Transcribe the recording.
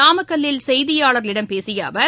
நாமக்கல்லில் செய்தியாளர்களிடம் பேசியஅவர்